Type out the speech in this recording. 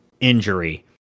injury